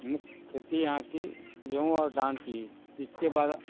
मुख्य खेती यहाँ की गेहूं और धान की है इसके बाद